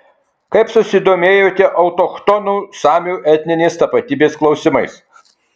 kaip susidomėjote autochtonų samių etninės tapatybės klausimais